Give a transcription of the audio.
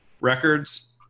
records